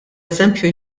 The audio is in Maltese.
eżempju